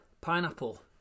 Pineapple